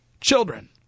children